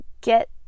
get